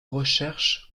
recherches